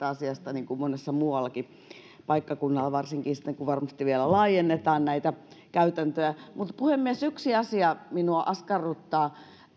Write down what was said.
asiasta niin kuin monella muullakin paikkakunnalla varsinkin sitten kun varmasti vielä laajennetaan näitä käytäntöjä mutta puhemies yksi asia minua askarruttaa